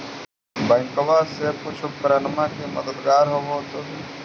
बैंकबा से कुछ उपकरणमा के मददगार होब होतै भी?